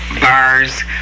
bars